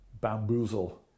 bamboozle